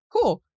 cool